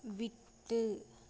விட்டு